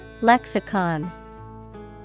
Lexicon